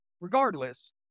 regardless